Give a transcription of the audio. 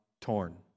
torn